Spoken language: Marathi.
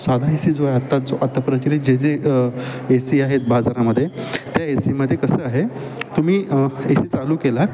सा साधा एसी जो आहे आत्ता जो आत्तापर्यचलित जे जे एसी आहेत बाजारामदे त्या एसीमदे कसं आहे तुम्ही एसी चालू केला